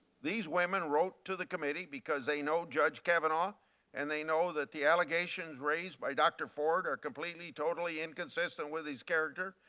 these women wrote to the committee because they know judge kavanaugh and they know that the allegation raised by dr. ford are completely and totally inconsistent with his character.